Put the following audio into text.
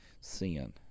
sin